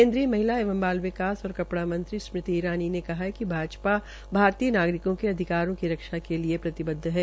केन्द्रीय महिला बाल विकास और कपड़ा मंत्री स्मृति ईरानी ने कहा है कि भाजपा भारतीय नागरिकों के अधिकारों की रक्षा के लिए प्रतिबद्व है